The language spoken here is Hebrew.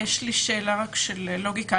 יש לי שאלה של לוגיקה.